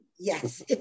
Yes